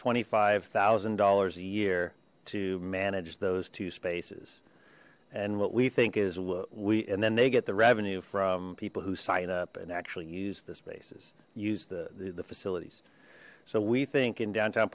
twenty five thousand dollars a year to manage those two spaces and what we think is what we and then they get the revenue from people who sign up and actually use the spaces use the the facilities so we think in downtown